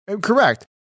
Correct